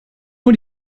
nur